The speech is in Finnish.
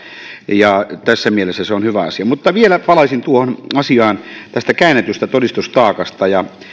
ja tässä mielessä se on hyvä asia mutta vielä palaisin tuohon asiaan tästä käännetystä todistustaakasta ja